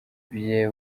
bye